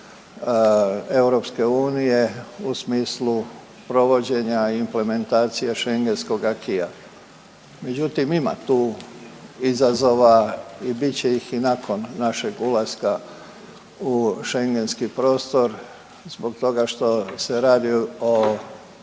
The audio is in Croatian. članica EU u smislu provođenja i implementacije Schengenskog akya, međutim ima tu izazova i bit će ih i nakon našeg ulaska u Schengenski prostor zbog toga što se radi o